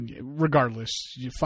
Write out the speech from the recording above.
regardless